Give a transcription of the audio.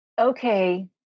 Okay